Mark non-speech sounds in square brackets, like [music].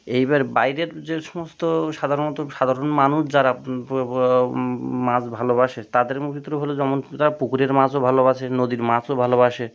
এইবার বাইরের যে সমস্ত সাধারণত সাধারণ মানুষ যারা মাছ ভালোবাসে তাদের [unintelligible] ভিতরে হলো যেমন তারা পুকুরের মাছও ভালোবাসে নদীর মাছও ভালোবাসে